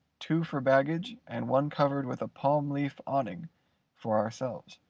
two for baggage and one covered with a palm-leaf awning for ourselves.